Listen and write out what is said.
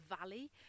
valley